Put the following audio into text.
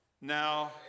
Now